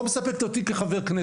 לא מספקת אותי כחבר כנסת.